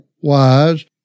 wise